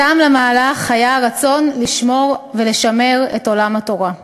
הטעם למהלך היה רצון לשמור ולשמר את עולם התורה.